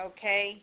Okay